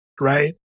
right